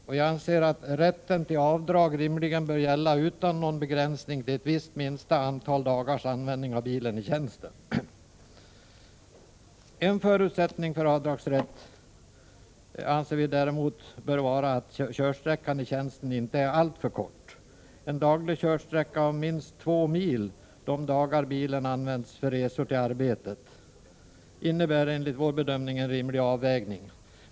Vi anser att rätten till avdrag rimligen bör gälla utan någon begränsning till ett visst minsta antal dagars användning av bilen i tjänsten. En förutsättning för avdragsrätt anser vi däremot bör vara att körsträckan i tjänsten inte är alltför kort. En daglig körsträcka om minst två mil de dagar bilen används för resor till arbetet innebär enligt vår bedömning en rimlig avvägning.